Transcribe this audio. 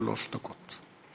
שלוש דקות.